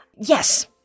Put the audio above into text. yes